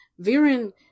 Viren